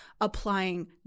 applying